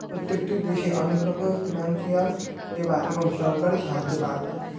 প্রত্যেকটি দেশে অনেক রকমের ফিনান্সিয়াল সেবা এবং সরকারি সাহায্য পাওয়া যায়